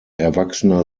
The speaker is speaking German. erwachsener